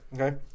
Okay